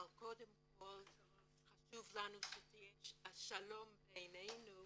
אבל קודם כל חשוב לנו שיהיה השלום בינינו,